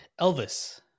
Elvis